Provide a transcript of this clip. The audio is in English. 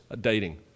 dating